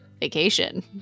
vacation